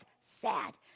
sad